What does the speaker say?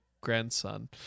grandson